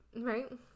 Right